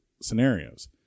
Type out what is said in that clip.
scenarios